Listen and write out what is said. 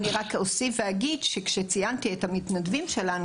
אני רק אוסיף ואגיד שכשציינתי את המתנדבים שלנו,